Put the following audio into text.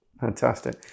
fantastic